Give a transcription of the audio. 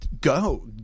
go